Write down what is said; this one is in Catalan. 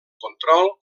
control